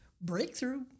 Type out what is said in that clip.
breakthrough